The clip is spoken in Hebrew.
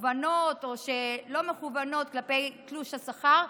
מכוונות או לא מכוונות בתלוש השכר.